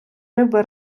риби